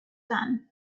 then